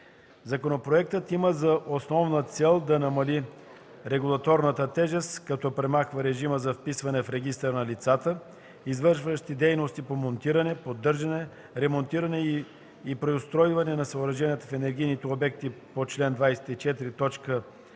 Законопроектът има за основна цел да намали регулаторната тежест, като премахва режима за вписване в регистър на лицата, извършващи дейности по монтиране, поддържане, ремонтиране и преустройване на съоръжения в енергийни обекти по чл. 24,